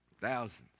Thousands